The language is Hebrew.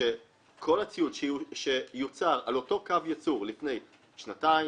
שכל הציוד שיוצר באותו פס ייצור לפני שנתיים,